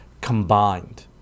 combined